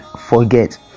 forget